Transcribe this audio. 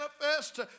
manifest